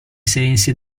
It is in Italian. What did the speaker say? sensi